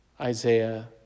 Isaiah